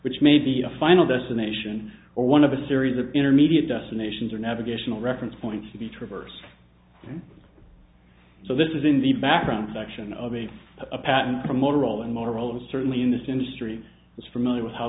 which may be a final destination or one of a series of intermediate destinations or navigational reference points to be traversed so this is in the background section of a a patent for motorola motorola's certainly in this industry is familiar with how